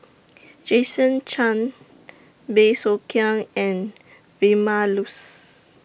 Jason Chan Bey Soo Khiang and Vilma Laus